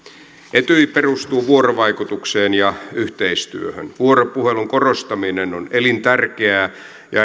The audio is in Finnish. etyj perustuu vuorovaikutukseen ja yhteistyöhön vuoropuhelun korostaminen on elintärkeää